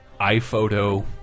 iPhoto